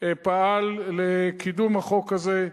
פעל לקידום החוק הזה.